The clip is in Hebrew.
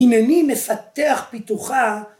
הנני מפתח פיתוחה